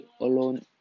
alone